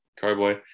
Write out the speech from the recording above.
carboy